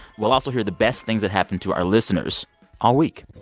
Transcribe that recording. we'll also hear the best things that happened to our listeners all week